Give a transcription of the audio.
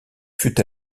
fut